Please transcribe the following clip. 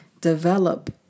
develop